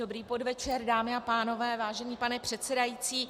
Dobrý podvečer, dámy a pánové, vážený pane předsedající.